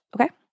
Okay